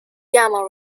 gamma